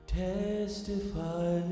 testify